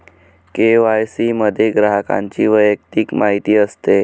KYC मध्ये ग्राहकाची वैयक्तिक माहिती असते